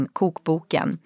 kokboken